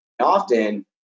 often